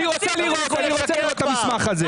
אני רוצה לראות את המסמך הזה.